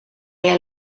jij